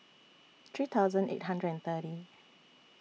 three thousand eight hundred and thirty